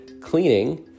cleaning